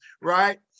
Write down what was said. right